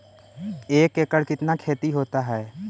एक एकड़ कितना खेति होता है?